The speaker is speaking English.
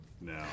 No